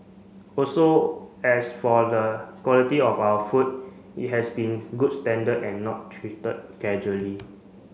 also as for the quality of our food it has been good standard and not treated casually